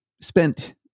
spent